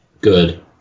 Good